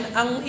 ang